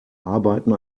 arbeiten